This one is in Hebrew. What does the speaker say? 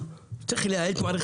צריך לייעל את מערכת